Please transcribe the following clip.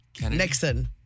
Nixon